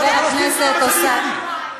החבר שלך עלה להר-הבית.